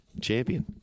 Champion